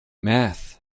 meth